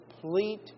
complete